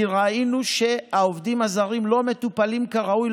כי ראינו שהעובדים הזרים לא מטופלים כראוי,